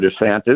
DeSantis